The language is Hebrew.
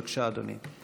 בבקשה, אדוני.